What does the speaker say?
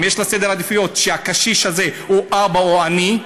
אם יש לה סדר עדיפויות שהקשיש הזה זה אבא או אני,